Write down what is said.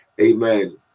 amen